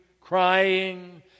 crying